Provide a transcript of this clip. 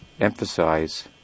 emphasize